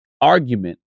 argument